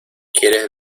quieres